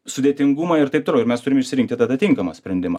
sudėtingumą ir taip toliau ir mes turim išsirinkti tada tinkamą sprendimą